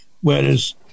whereas